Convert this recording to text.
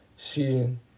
Season